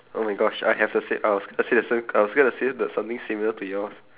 oh my gosh I have the same I was I say the sam~ I was going to say that's something similar to yours